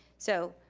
so,